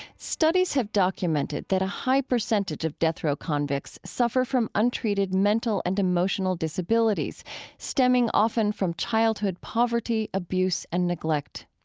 studies have documented that a high percentage of death row convicts suffer from untreated mental and emotional disabilities stemming often from childhood poverty, abuse and neglect.